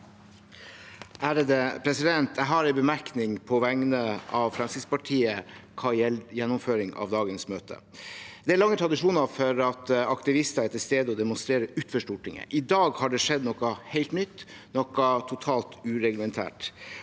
(FrP) Jeg har en bemerkning på vegne av Fremskrittspartiet hva gjelder gjennomføring av dagens møte. Det er lange tradisjoner for at aktivister er til stede og demonstrerer utenfor Stortinget. I dag har det skjedd noe helt nytt, noe totalt ureglementert.